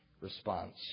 response